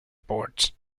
ports